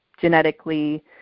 genetically